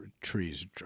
trees